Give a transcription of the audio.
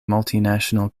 multinational